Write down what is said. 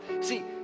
see